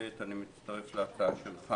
ב', אני מצטרף להצעה שלך.